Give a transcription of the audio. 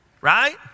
right